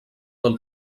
del